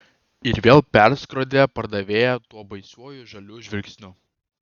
ir vėl perskrodė pardavėją tuo baisiuoju žaliu žvilgsniu